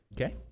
Okay